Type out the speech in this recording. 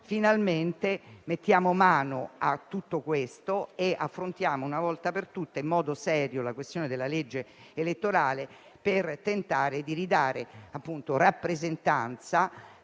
finalmente a tutto questo, affrontando una volta per tutte in modo serio la questione della legge elettorale per tentare di ridare rappresentanza